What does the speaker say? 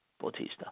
Bautista